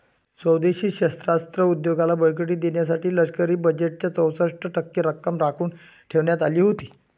स्वदेशी शस्त्रास्त्र उद्योगाला बळकटी देण्यासाठी लष्करी बजेटच्या चौसष्ट टक्के रक्कम राखून ठेवण्यात आली होती